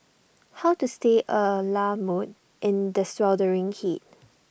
how to stay A la mode in the sweltering heat